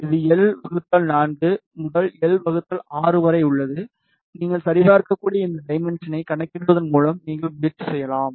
இது எல் 4 முதல் எல் 6 வரை உள்ளது நீங்கள் சரிபார்க்கக்கூடிய இந்த டைமென்ஷனை கணக்கிடுவதன் மூலம் நீங்கள் முயற்சி செய்யலாம்